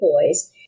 boys